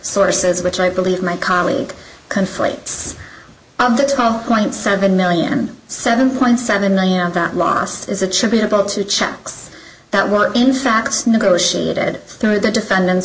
sources which i believe my colleague conflates of that all point seven million seven point seven million that lost is attributable to checks that were in fact negotiated through the defendant's